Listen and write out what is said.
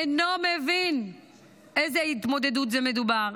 אינו מבין באיזו התמודדות מדובר.